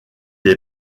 est